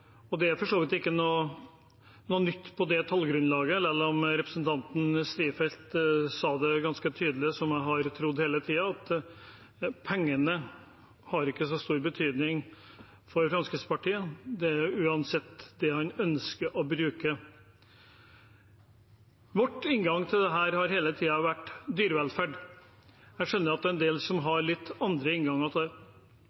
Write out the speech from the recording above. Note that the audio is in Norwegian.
Det er for så vidt ikke noe nytt med tanke på tallgrunnlaget, selv om representanten Strifeldt sa ganske tydelig det som jeg har trodd hele tiden, at pengene ikke har så stor betydning for Fremskrittspartiet, det er uansett det man ønsker å bruke. Vår inngang til dette har hele tiden vært dyrevelferd. Jeg skjønner at det er en del som